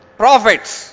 prophets